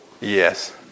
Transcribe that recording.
Yes